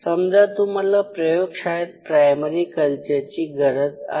समजा तुम्हाला प्रयोगशाळेत प्रायमरी कल्चरची गरज आहे